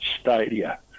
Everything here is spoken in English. stadia